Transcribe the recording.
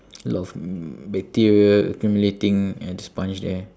a lot of bacteria accumulating at the sponge there